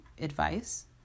advice